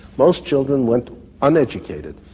most children went uneducated.